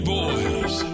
Boys